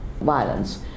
violence